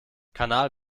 kanal